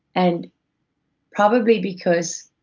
and probably because